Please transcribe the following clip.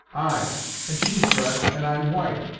ay and she's red, and i'm white.